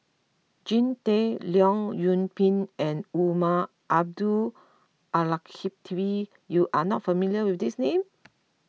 Jean Tay Leong Yoon Pin and Umar Abdullah Al Khatib you are not familiar with these names